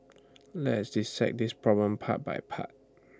let's dissect this problem part by part